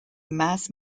mass